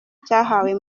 cyahawe